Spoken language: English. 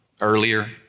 earlier